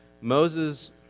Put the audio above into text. Moses